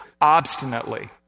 obstinately